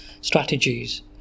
strategies